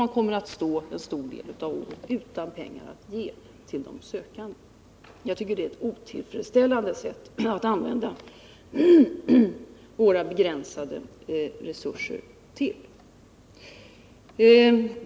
En stor del av året kommer man att stå utan pengar till de sökande. Jag tycker att detta är ett otillfredsställande sätt att använda våra begränsade resurser på.